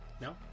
No